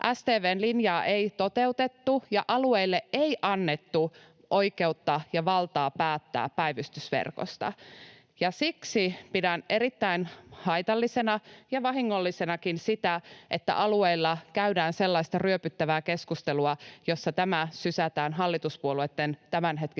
StV:n linjaa ei toteutettu, ja alueille ei annettu oikeutta ja valtaa päättää päivystysverkosta. Siksi pidän erittäin haitallisena ja vahingollisenakin sitä, että alueilla käydään sellaista ryöpyttävää keskustelua, jossa tämä sysätään tämänhetkisten